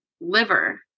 liver